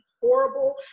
horrible